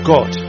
God